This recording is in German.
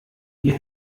ihr